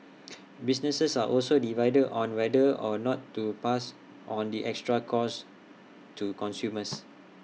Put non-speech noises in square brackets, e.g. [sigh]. [noise] businesses are also divided on whether or not to pass on the extra costs to consumers